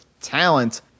talent